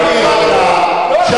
אין טעם לצעקות, נא להירגע.